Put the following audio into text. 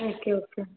okay okay